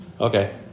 Okay